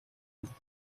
хүсэл